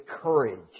courage